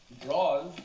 draws